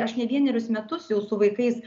aš ne vienerius metus jau su vaikais